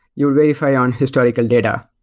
you would verify on historical data.